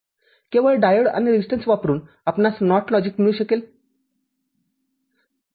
केवळ डायोड आणि रेजिस्टन्स वापरुन आपणास NOT लॉजिक मिळू शकेल